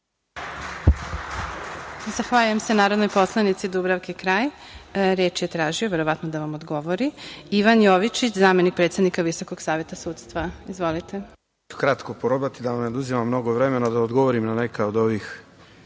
Zahvaljujem se narodnoj poslanici Dubravki Kralj. Reč je tražio, verovatno da vam odgovori, Ivan Jovičić, zamenik predsednika Visokog saveta sudstva. Izvolite. **Ivan Jovičić** Kratko ću probati, da vam ne oduzimam mnogo vremena, da odgovorim na neka od ovih